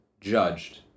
judged